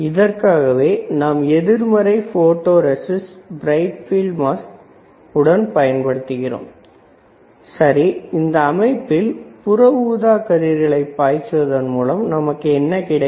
இதற்காகவே நாம் எதிர்மறை photoresist bright face mask உடன் பயன்படுத்துகிறோம் சரி இந்த அமைப்பில் புற ஊதா கதிர்களை பாய்ச்சியதன் மூலம் நமக்கு என்ன கிடைக்கும்